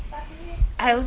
but seriously